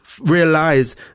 realize